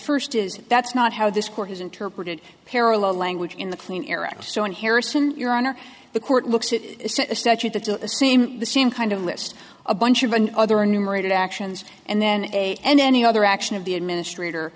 first is that's not how this court has interpreted parallel language in the clean air act so in harrison your honor the court looks at a statute that to the same the same kind of list a bunch of and other numerated actions and then a any other action of the administrator